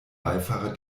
beifahrer